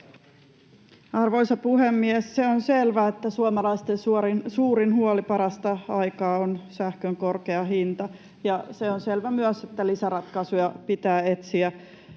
Arvoisa puhemies! Se on selvää, että suomalaisten suurin huoli parasta aikaa on sähkön korkea hinta, ja se on selvä myös, että lisäratkaisuja pitää etsiä